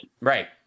Right